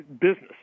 business